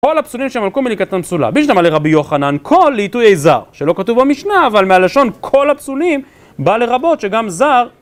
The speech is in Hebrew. כל הפסולים שמלכו מניקת תמסולה, בלי שדמה לרבי יוחנן, כל לעיתוי זר, שלא כתוב במשנה, אבל מהלשון כל הפסולים בא לרבות שגם זר